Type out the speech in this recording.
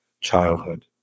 childhood